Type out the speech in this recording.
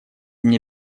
мне